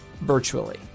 virtually